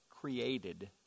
created